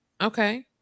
Okay